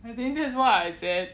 I believe that's why I said